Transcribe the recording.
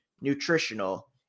nutritional